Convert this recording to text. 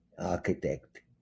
architect